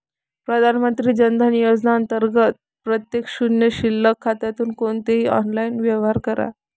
प्रधानमंत्री जन धन योजना अंतर्गत प्रत्येक शून्य शिल्लक खात्यातून कोणतेही ऑनलाइन व्यवहार करा